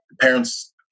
parents